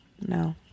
No